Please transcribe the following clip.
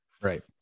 right